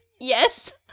Yes